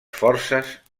forces